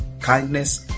kindness